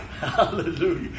Hallelujah